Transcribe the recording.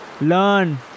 Learn